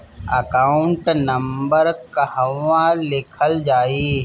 Account number कहवा लिखल जाइ?